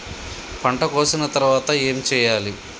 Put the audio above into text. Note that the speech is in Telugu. పంట కోసిన తర్వాత ఏం చెయ్యాలి?